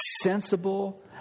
sensible